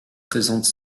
présente